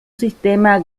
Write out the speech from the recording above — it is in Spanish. sistema